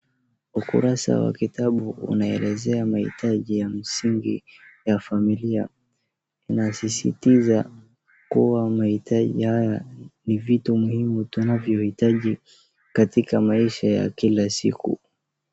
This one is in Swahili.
Ukurasa wa kitabu unaelezea mahitaji ya msingi ya familia. Inasisita kuwa mahitaji haya ni vitu muhimu tunavyoitaji katika maisha ya kila siku.